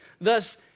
thus